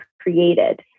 created